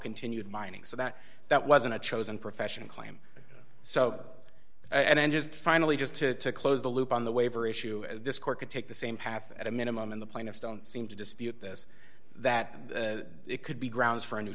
continued mining so that that wasn't a chosen profession claim so and then just finally just to close the loop on the waiver issue this court could take the same path at a minimum and the plaintiffs don't seem to dispute this that it could be grounds f